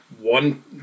One